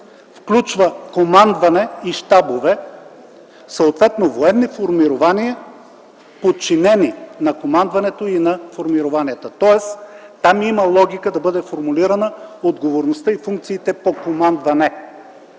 включва командване и щабове, съответно военни формирования, подчинени на командването и на формированията. Тоест там има логика да бъдат формулирани отговорността и функциите по командване.